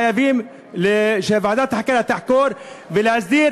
חייבים שוועדת החקירה תחקור כדי להסדיר